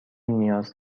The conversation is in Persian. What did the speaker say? نیاز